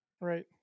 right